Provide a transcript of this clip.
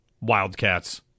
Wildcats